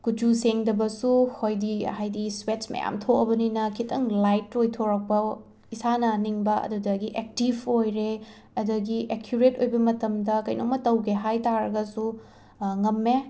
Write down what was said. ꯀꯨꯆꯨ ꯁꯦꯡꯗꯕꯁꯨ ꯍꯣꯏꯗꯤ ꯍꯥꯏꯗꯤ ꯁ꯭ꯋꯦꯠꯁ ꯃꯌꯥꯝ ꯊꯣꯛꯑꯕꯅꯤꯅ ꯈꯤꯇꯪ ꯂꯥꯏꯠ ꯑꯣꯏꯊꯣꯔꯛꯄ ꯏꯁꯥꯅ ꯅꯤꯡꯕ ꯑꯗꯨꯗꯒꯤ ꯑꯦꯛꯇꯤꯕ ꯑꯣꯏꯔꯦ ꯑꯗꯒꯤ ꯑꯦꯀ꯭ꯌꯨꯔꯦꯠ ꯑꯣꯏꯕ ꯃꯇꯝꯗ ꯀꯩꯅꯣꯃ ꯇꯧꯒꯦ ꯍꯥꯏꯇꯥꯔꯒꯁꯨ ꯉꯝꯃꯦ